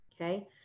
Okay